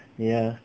ya